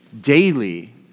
daily